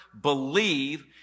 believe